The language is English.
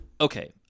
okay